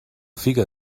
figa